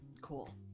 Cool